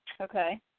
Okay